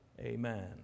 Amen